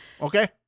Okay